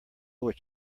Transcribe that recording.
what